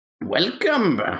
Welcome